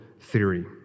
theory